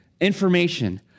information